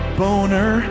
boner